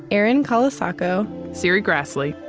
erin colasacco, serri graslie,